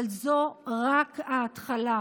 אבל זו רק ההתחלה.